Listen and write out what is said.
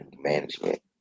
management